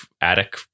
attic